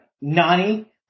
Nani